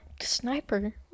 sniper